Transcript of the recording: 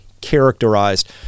characterized